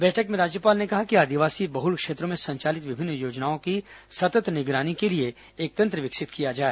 बैठक में राज्यपाल ने कहा कि आदिवासी बहुल क्षेत्रों में संचालित विभिन्न योजनाओं की सतत् निगरानी के लिए एक तंत्र विकसित किया जाए